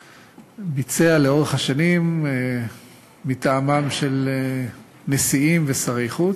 ביצע לאורך השנים מטעמם של נשיאים ושרי חוץ.